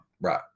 Right